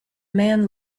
man